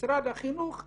משרד החינוך לרשות,